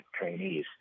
trainees